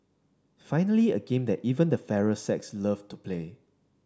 finally a game that even the fairer sex loved to play